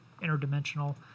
interdimensional